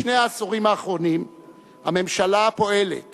בשני העשורים האחרונים הממשלה פועלת